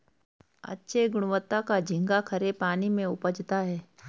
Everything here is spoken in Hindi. अच्छे गुणवत्ता का झींगा खरे पानी में उपजता है